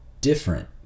different